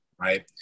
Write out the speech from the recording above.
right